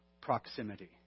proximity